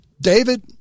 David